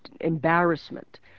embarrassment